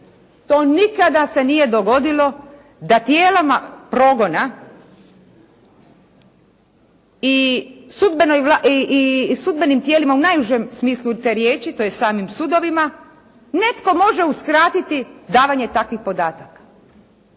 To nikada se nije dogodilo da tijelima progona i sudbenim tijelima u najužem smislu te riječi, tj. samim sudovima netko može uskratiti davanje takvih podataka.